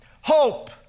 Hope